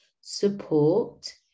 support